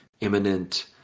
imminent